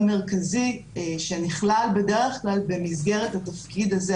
מרכזי שנכלל בדרך כלל במסגרת התפקיד הזה,